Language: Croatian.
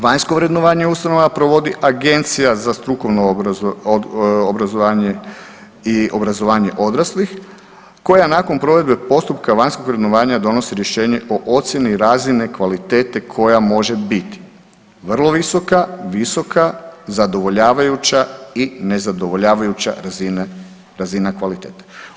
Vanjsko vrednovanje ustanova provodi Agencija za strukovno obrazovanje i obrazovanje odraslih koja nakon provedbe postupka vanjskog vrednovanja donosi rješenje o ocjeni razine kvalitete koja može biti, vrlo visoka, visoka, zadovoljavajuća i nezadovoljavajuća razina kvalitete.